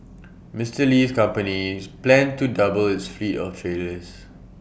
Mister Li's companies plans to double its fleet of trailers